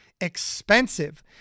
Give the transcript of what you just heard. expensive